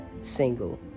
single